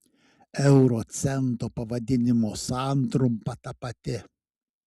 euro cento pavadinimo santrumpa ta pati